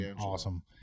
awesome